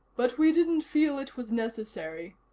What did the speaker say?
but we didn't feel it was necessary.